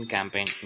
Campaign